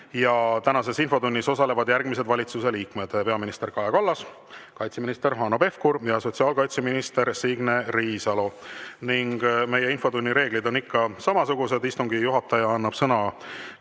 Tänases infotunnis osalevad järgmised valitsusliikmed: peaminister Kaja Kallas, kaitseminister Hanno Pevkur ja sotsiaalkaitseminister Signe Riisalo. Meie infotunni reeglid on ikka samasugused. Istungi juhataja annab